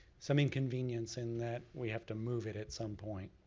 some inconvenience in that we have to move it at some point.